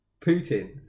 Putin